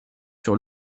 sur